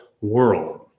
world